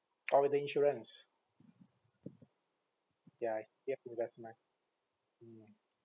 orh with the insurance ya it's their investment